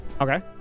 Okay